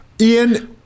Ian